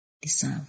deserve